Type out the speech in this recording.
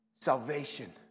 salvation